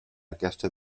aquesta